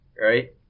right